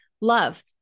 love